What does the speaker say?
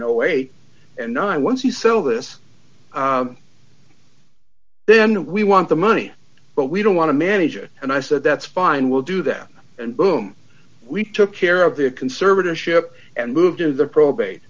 no way and none once you sell this then we want the money but we don't want to manage it and i said that's fine we'll do that and boom we took care of the a conservatorship and moved into the probate